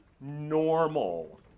normal